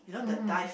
mm mm